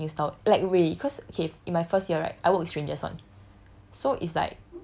and then like I don't like your working style like way cause okay in my first year right I work strangers [one]